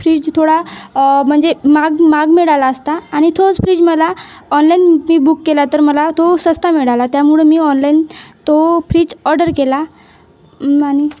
fridge थोडा म्हणजे महाग महाग मिळाला असता आणि तोच फ्रीज मला ऑनलाईन मी बुक केला तर मला तो स्वस्त मिळाला त्यामुळं मी ऑनलाईन तो फ्रीज ऑर्डर केला आणि